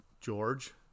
George